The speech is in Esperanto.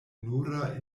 nura